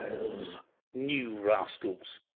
new rascals!